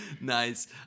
nice